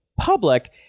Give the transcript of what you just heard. public